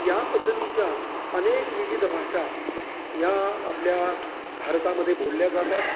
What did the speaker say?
या पद्धतीच्या अनेक विविध भाषा ह्या आपल्या भारतामध्ये बोलल्या जातात